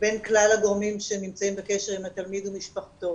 בין כלל הגורמים שנמצאים בקשר עם התלמיד ומשפחתו.